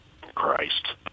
Christ